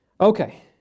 Okay